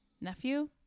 nephew